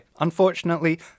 Unfortunately